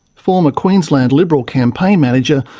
former queensland liberal campaign manager,